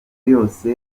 yose